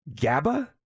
GABA